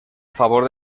favor